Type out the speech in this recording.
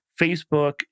Facebook